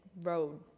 road